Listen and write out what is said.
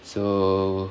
so